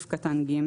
(ג)